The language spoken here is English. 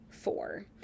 four